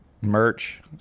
merch